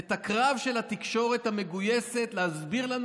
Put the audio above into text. את הקרב של התקשורת המגויסת להסביר לנו